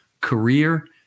Career